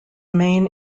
main